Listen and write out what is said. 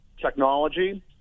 technology